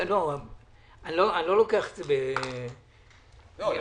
אני לוקח את זה ברצינות.